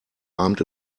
abend